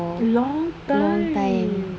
a long time